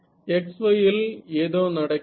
xy இல் ஏதோ நடக்கின்றது